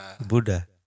Buddha